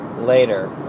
later